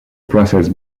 process